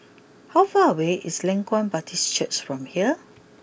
how far away is Leng Kwang Baptist Church from here